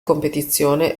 competizione